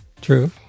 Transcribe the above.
True